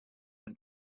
and